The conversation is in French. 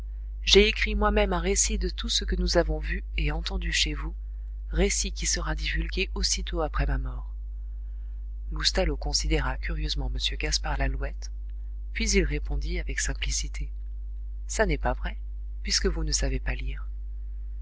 j'ai écrit moi même un récit de tout ce que nous avons vu et entendu chez vous récit qui sera divulgué aussitôt après ma mort loustalot considéra curieusement m gaspard lalouette puis il répondit avec simplicité ça n'est pas vrai puisque vous ne savez pas lire